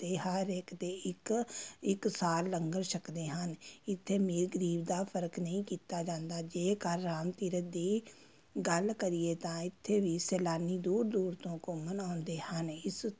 ਅਤੇ ਹਰ ਇੱਕ ਦੇ ਇੱਕ ਇੱਕ ਸਾਰ ਲੰਗਰ ਛੱਕਦੇ ਹਨ ਇੱਥੇ ਅਮੀਰ ਗਰੀਬ ਦਾ ਫਰਕ ਨਹੀਂ ਕੀਤਾ ਜਾਂਦਾ ਜੇਕਰ ਰਾਮ ਤੀਰਥ ਦੀ ਗੱਲ ਕਰੀਏ ਤਾਂ ਇੱਥੇ ਵੀ ਸੈਲਾਨੀ ਦੂਰ ਦੂਰ ਤੋਂ ਘੁੰਮਣ ਆਉਂਦੇ ਹਨ ਇਸ